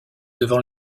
devant